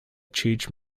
cheech